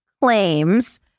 claims